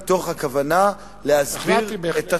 היו מתוך הכוונה להסביר את הצורך,